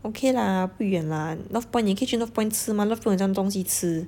okay lah 不远 lah Northpoint 你可以去 Northpoint 吃 mah Northpoint 有怎样多东西吃